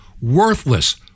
worthless